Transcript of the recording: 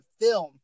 film